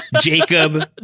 Jacob